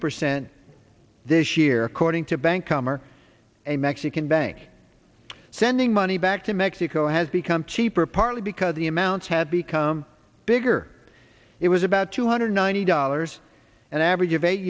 percent this year according to bank com or a mexican bank sending money back to mexico has become cheaper partly because the amounts had become bigger it was about two hundred ninety dollars an average of eight